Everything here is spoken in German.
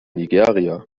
nigeria